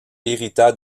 hérita